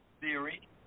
theory